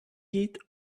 height